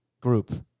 group